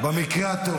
במקרה הטוב.